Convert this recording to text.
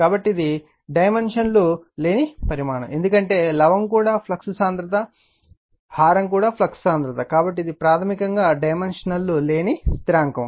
కాబట్టి ఇది డైమెన్షన్ లు లేని పరిమాణం ఎందుకంటే లవం కూడా ఫ్లక్స్ సాంద్రత హారం కూడా ఫ్లక్స్ సాంద్రత కాబట్టి ఇది ప్రాథమికంగా డైమెన్షన్ లు లేని స్థిరాంకం